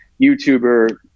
YouTuber